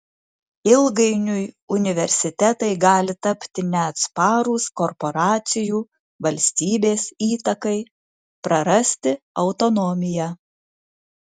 ilgainiui universitetai gali tapti neatsparūs korporacijų valstybės įtakai prarasti autonomiją